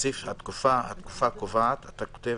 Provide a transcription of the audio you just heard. בסעיף: התקופה הקובעת, אתה כותב: